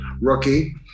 rookie